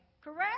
correct